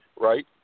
Right